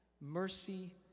mercy